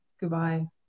Goodbye